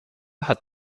hat